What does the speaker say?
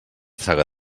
traga